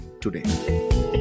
today